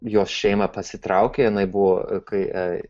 jos šeima pasitraukė jinai buvo kai